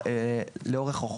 בחוק,